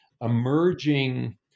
emerging